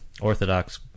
Orthodox